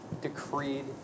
decreed